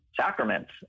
sacraments